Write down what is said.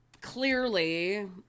clearly